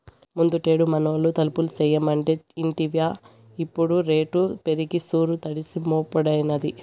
ముందుటేడు మనూళ్లో తలుపులు చేయమంటే ఇంటివా ఇప్పుడు రేటు పెరిగి సూరు తడిసి మోపెడైనాది